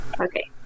Okay